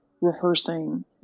rehearsing